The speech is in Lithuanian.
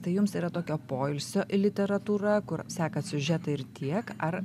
tai jums yra tokio poilsio literatūra kur sekat siužetą ir tiek ar